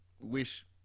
wish